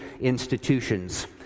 institutions